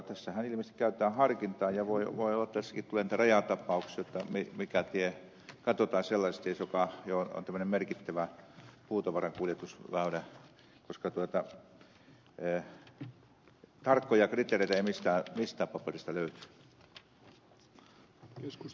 tässähän ilmeisesti käytetään harkintaa ja voi olla että tässäkin tulee niitä rajatapauksia mikä tie katsotaan sellaiseksi tieksi joka on tämmöinen merkittävä puutavaran kuljetusväylä koska tarkkoja kriteereitä ei mistään paperista löydy